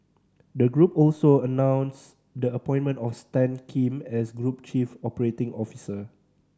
the group also announced the appointment of Stan Kim as group chief operating officer